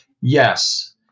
Yes